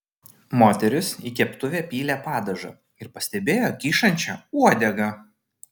moteris į keptuvę pylė padažą ir pastebėjo kyšančią uodegą